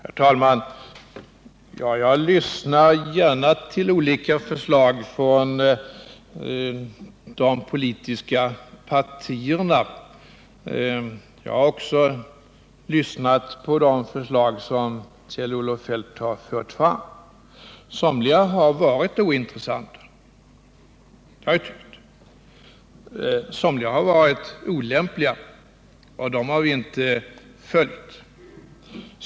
Herr talman! Jag lyssnar gärna på olika förslag från de politiska partierna. Jag har också lyssnat på de förslag som Kjell-Olof Feldt har fört fram. Somliga har varit ointressanta, har jag tyckt. Somliga har varit olämpliga, och dem har vi inte följt.